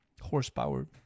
horsepower